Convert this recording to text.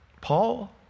Paul